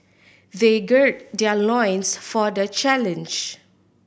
they gird their loins for the challenge